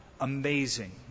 Amazing